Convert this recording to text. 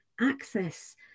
access